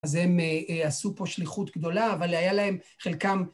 אז הם עשו פה שליחות גדולה, אבל היה להם חלקם...